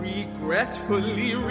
Regretfully